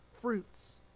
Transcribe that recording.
fruits